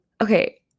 Okay